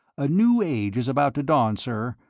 a new age is about to dawn, sir,